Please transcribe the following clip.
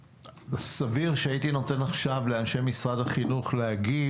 סביר שהייתי נותן עכשיו לאנשי משרד החינוך להגיב